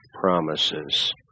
promises